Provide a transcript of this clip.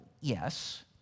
yes